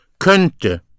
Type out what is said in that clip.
könnte